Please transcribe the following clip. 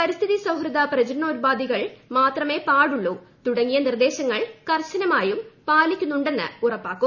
പരിസ്ഥിതി സൌഹൃദ പ്രചരണോപാധികൾ മാത്രമേ പാടുള്ളൂ തുടങ്ങിയ നിർദ്ദേശങ്ങൾ കർശനമായും പാലിക്കുന്നുണ്ടെന്ന് ഉറപ്പാക്കും